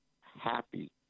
happy